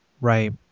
Right